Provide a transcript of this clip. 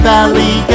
Valley